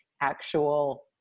actual